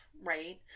Right